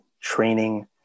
training